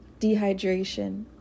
Dehydration